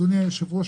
אדוני היושב-ראש,